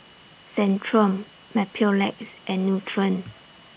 Centrum Mepilex and Nutren